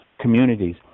communities